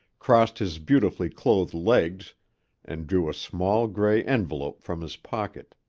crossed his beautifully clothed legs and drew a small gray envelope from his pocket.